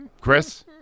Chris